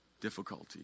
difficulty